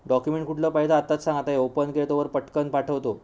document कुठलं पाहिजे तर आताच सांग आता हे ओपन केलं आहे तोवर पटकन पाठवतो